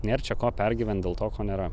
nėr čia ko pergyvent dėl to ko nėra